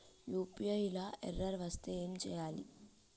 UPI లా error వస్తే ఏం చేయాలి?